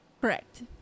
Correct